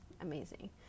amazing